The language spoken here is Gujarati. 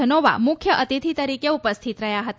ધનોવા મુખ્ય અતિથિ તરીકે ઉપસ્થિત રહ્યા હતા